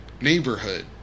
neighborhood